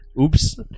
Oops